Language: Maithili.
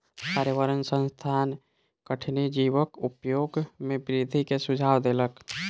पर्यावरण संस्थान कठिनी जीवक उपयोग में वृद्धि के सुझाव देलक